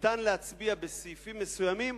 ניתן להצביע, בסעיפים מסוימים,